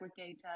aggregator